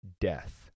death